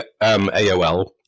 AOL